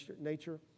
nature